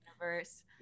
universe